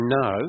no